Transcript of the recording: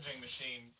machine